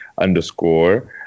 underscore